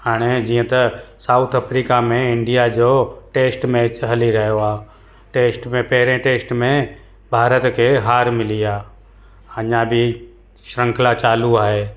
हाणे जीअं त साउथ अफ्रिका में इंडिया जो टैस्ट मैच हली रहियो आहे टैस्ट में पहिरें टैस्ट में भारत खे हार मिली आहे अञा बि श्रंखला चालू आहे